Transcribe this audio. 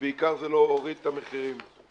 ובעיקר זה לא הוריד את המחירים.